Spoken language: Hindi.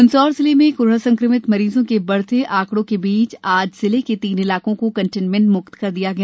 मंदसौर जिले में कोरोना संक्रमित मरीजों के बढ़ते आंकड़ों के बीच आज जिले के तीन इलाकों को कंटेटमेंट म्क्त कर दिया गया